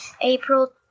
April